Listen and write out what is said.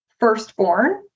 firstborn